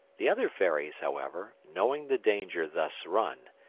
the other fairies, however, knowing the danger thus run,